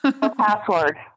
password